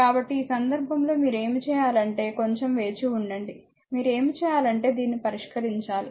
కాబట్టి ఈ సందర్భంలో మీరు ఏమి చేయాలంటే కొంచం వేచివుండండి మీరు ఏమి చేయాలంటే దీన్ని పరిష్కరించాలి